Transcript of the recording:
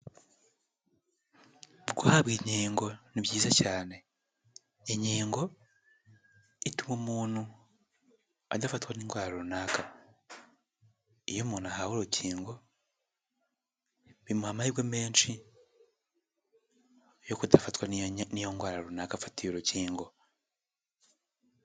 Guhabwa inkingo ni byiza cyane, inkingo ituma umuntu adafatwa n'indwara runaka, iyo umuntu ahawe urukingo bimuha amahirwe menshi yo kudafatwa niyo ndwara runaka afatiye urukingo.